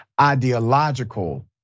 ideological